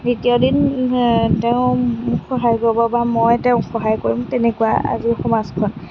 দ্বিতীয় দিন তেওঁ মোক সহায় কৰিব বা মই তেওঁক সহায় কৰিম তেনেকুৱা আজিৰ সমাজখন